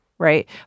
right